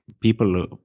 people